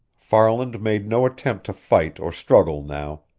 farland made no attempt to fight or struggle now,